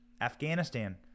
afghanistan